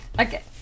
okay